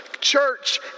church